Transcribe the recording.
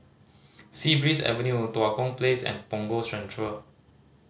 Sea Breeze Avenue Tua Kong Place and Punggol Central